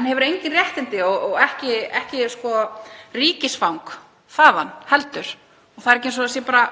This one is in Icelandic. en hefur engin réttindi og ekki ríkisfang þaðan heldur. Það er ekki eins og það sé bara: